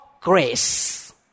Grace